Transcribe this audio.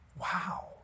Wow